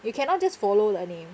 you cannot just follow the name